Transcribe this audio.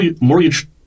Mortgage